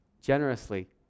generously